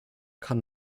kann